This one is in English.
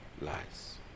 lies